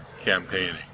campaigning